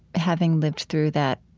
having lived through that,